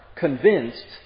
Convinced